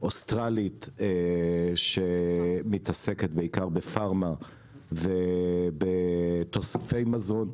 אוסטרלית שמתעסקת בעיקר בפארמה ובתוספי מזון,